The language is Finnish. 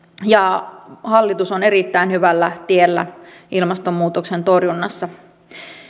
ja hallitus on erittäin hyvällä tiellä ilmastonmuutoksen torjunnassa